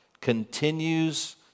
continues